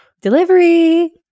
Delivery